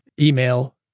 email